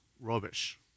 rubbish